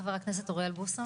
חבר הכנסת אוריאל בוסו.